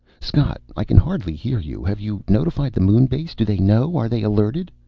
scott, i can hardly hear you. have you notified the moon base? do they know? are they alerted?